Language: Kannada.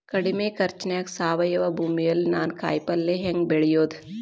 ಕಡಮಿ ಖರ್ಚನ್ಯಾಗ್ ಸಾವಯವ ಭೂಮಿಯಲ್ಲಿ ನಾನ್ ಕಾಯಿಪಲ್ಲೆ ಹೆಂಗ್ ಬೆಳಿಯೋದ್?